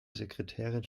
sekretärin